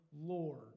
Lord